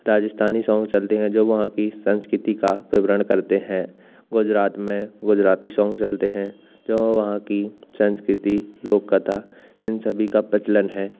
Rajasthani song चलते हैं जो वहाँ की संस्कृति का विवरण करते हैं गुजरात में गुजराती सॉन्ग चलते हैं जो वहाँ की संस्कृति लोक कथा इन सभी का प्रचलन है